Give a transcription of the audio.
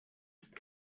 ist